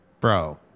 Bro